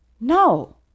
no